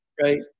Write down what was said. right